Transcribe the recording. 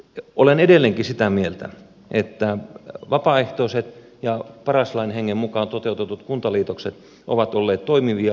olen edelleenkin sitä mieltä että vapaaehtoiset ja paras lain hengen mukaan toteutetut kuntaliitokset ovat olleet toimivia